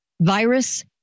virus